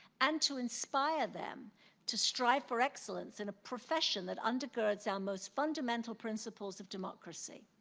and to inspire them to strive for excellence in a profession that under grows our most fundamental principles of democracy.